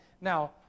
Now